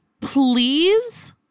Please